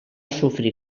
sofrir